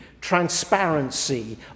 transparency